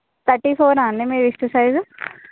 thirty four అండి మీ wrist size